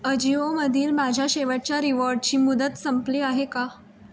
अजिओमधील माझ्या शेवटच्या रिवॉर्डची मुदत संपली आहे का